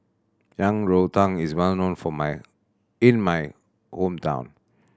Yang Rou Tang is well known for my in my hometown